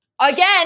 again